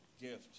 gift